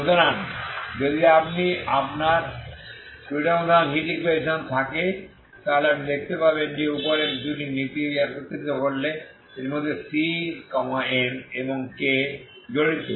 সুতরাং যদি আপনার টু ডাইমেনশনাল হিট ইকুয়েশন থাকে তাহলে আপনি দেখতে পাবেন যে উপরের দুটি নীতি একত্রিত করলে এর মধ্যে cm এবং k জড়িত